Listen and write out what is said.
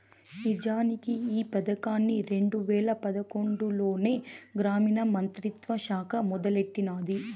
నిజానికి ఈ పదకాన్ని రెండు వేల పదకొండులోనే గ్రామీణ మంత్రిత్వ శాఖ మొదలెట్టినాది